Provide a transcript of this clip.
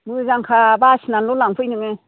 मोजांखा बासिनानैल' लांफै नोङो